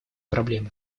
проблемы